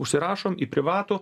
užsirašom į privatų